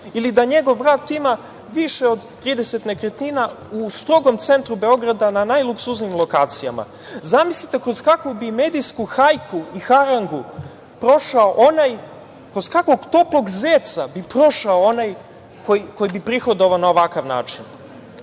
ili da njegov brat ima više od 30 nekretnina u strogom centru Beograda na najluksuznijim lokacijama, zamislite, kroz kakvu bi medijsku hajku i harangu prošao onaj, kroz kakvog toplog zeca bi prošao onaj koji bi prihodovao na ovakav način,